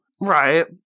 Right